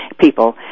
people